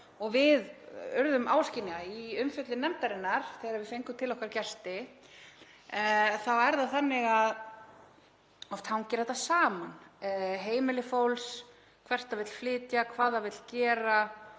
og við urðum þess áskynja í umfjöllun nefndarinnar þegar við fengum til okkar gesti, þá er það þannig að oft hangir þetta saman; heimili fólks, hvert það vill flytja, hvað það vill gera